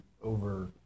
over